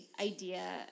idea